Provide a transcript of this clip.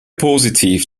positiv